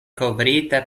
kovrita